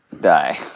die